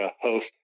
host